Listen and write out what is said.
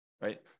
right